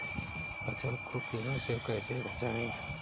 फसल को कीड़ों से कैसे बचाएँ?